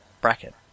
bracket